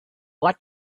ought